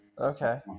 okay